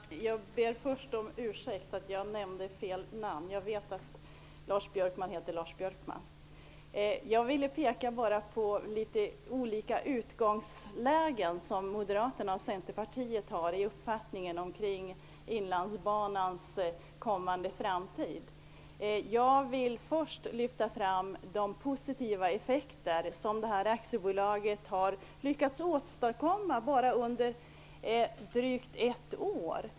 Fru talman! Jag ber först om ursäkt för att jag nämnde fel namn. Jag vet att Lars Björkman heter Jag ville peka på att Moderaterna och Centerpartiet har olika utgångslägen i uppfattningen om Inlandsbanans framtid. Jag vill först lyfta fram de positiva effekter som aktiebolaget har lyckats åstadkomma på bara drygt ett år.